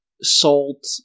salt